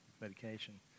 medication